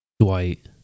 Dwight